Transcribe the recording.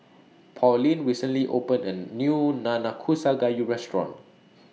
Pauline recently opened A New Nanakusa Gayu Restaurant